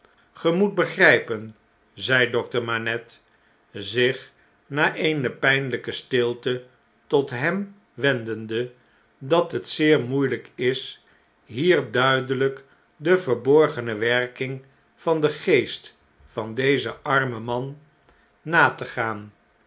ge moet begrijpen zei dokter manette zich na een ph'nlijke stilte tot hem wendende dat het zeer moeielp is hier duidelyk de verborgene werking van den geest van dezen armen man na te gaan